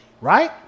right